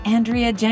Andrea